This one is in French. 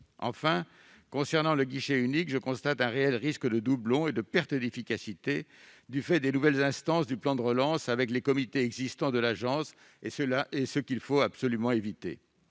Enfin, concernant le guichet unique, je constate un réel risque de perte d'efficacité et de doublon entre les nouvelles instances du plan de relance et les comités existants de l'agence, ce qu'il faut absolument éviter.